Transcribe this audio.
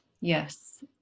yes